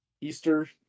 Easter